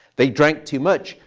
they drank too much.